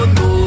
no